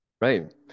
Right